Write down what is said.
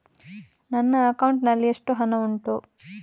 ನನ್ನ ಅಕೌಂಟ್ ನಲ್ಲಿ ಎಷ್ಟು ಹಣ ಉಂಟು?